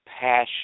passion